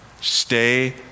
stay